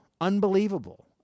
Unbelievable